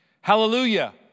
Hallelujah